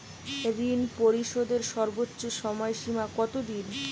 ঋণ পরিশোধের সর্বোচ্চ সময় সীমা কত দিন?